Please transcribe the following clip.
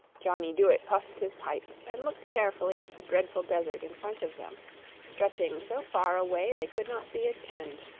johnny dooit puffed his pipe and looked carefully at the dreadful desert in front of them stretching so far away they could not see its end.